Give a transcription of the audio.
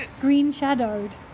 Green-shadowed